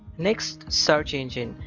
next, search engine,